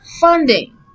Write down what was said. funding